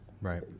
right